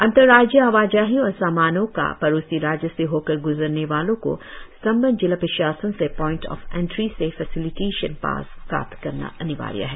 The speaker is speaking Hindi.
अंतर्राज्यीय आवाजाही और समानो का पड़ोसी राज्य से होकर ग्जरने वालों को संबंद्ध जिला प्रशासन से पइंट ऑफ एंट्री से फेसिलिटेशन पास प्राप्त करना अनिवार्य है